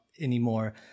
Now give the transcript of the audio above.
anymore